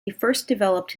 developed